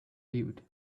lived